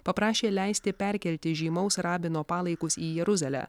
paprašė leisti perkelti žymaus rabino palaikus į jeruzalę